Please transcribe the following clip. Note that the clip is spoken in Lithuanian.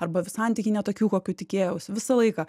arba santykiai ne tokių kokių tikėjausi visą laiką